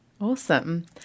Awesome